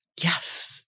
Yes